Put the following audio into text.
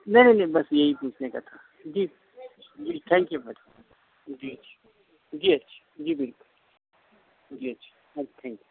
نہیں نہیں بس یہی پوچھنے کا تھا جی جی جی تھینک یو میڈم جی جی جی اچھا جی بالکل جی اچھا میم تھینک یو